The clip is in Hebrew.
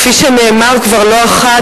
כפי שנאמר כבר לא אחת,